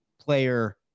player